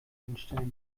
einstellen